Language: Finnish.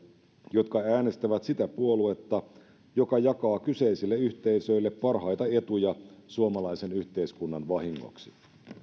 jotka äänestävät sitä puoluetta joka jakaa kyseisille yhteisöille parhaita etuja suomalaisen yhteiskunnan vahingoksi